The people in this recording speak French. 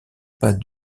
pas